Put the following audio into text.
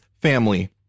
family